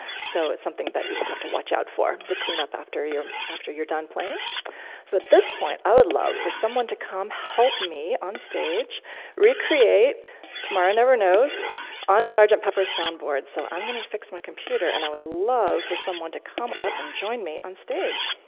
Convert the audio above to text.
so it's something that you just have to watch out for the clean up after you're after you're done playing. so at this point, i would love for someone to come help me on stage recreate tomorrow never knows on sgt. pepper soundboard. so i'm going to fix my computer, and i would love for someone to come up and join me on stage.